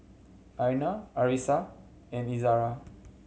Aina Arissa and Izara